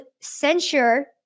censure